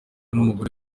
n’umugore